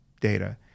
data